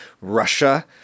Russia